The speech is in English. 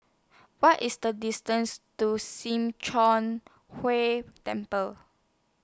What IS The distance to SIM Choon Hui Temple